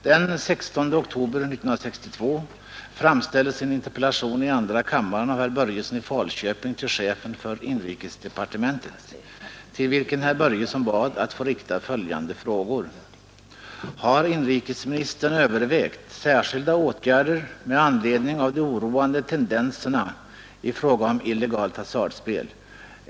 Den 16 oktober 1962 framställdes en interpellation i andra kammaren av herr Börjesson i Falköping till chefen för inrikesdepartementet, till vilken herr Börjesson bad att få rikta följande frågor: ”Har inrikesministern övervägt särskilda åtgärder med anledning av de oroande tendenserna i fråga om illegalt hasardspel?